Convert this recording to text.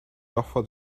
rahva